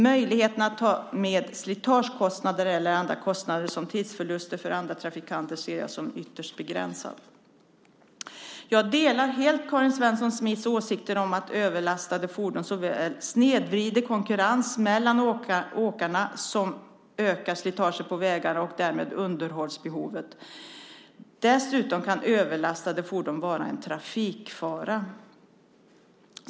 Möjligheten att ta med slitagekostnader eller andra kostnader som tidsförluster för andra trafikanter ser jag som ytterst begränsad. Jag delar helt Karin Svensson Smiths åsikt att överlastade fordon såväl snedvrider konkurrensen mellan åkarna som ökar slitaget på vägarna och därmed underhållsbehovet. Dessutom kan överlastade fordon vara en trafikfara.